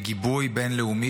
בגיבוי בין-לאומי,